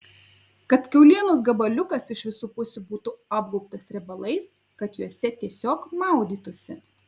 kad kiaulienos gabaliukas iš visų pusių būtų apgaubtas riebalais kad juose tiesiog maudytųsi